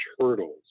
hurdles